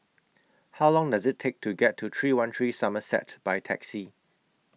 How Long Does IT Take to get to three one three Somerset By Taxi